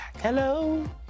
Hello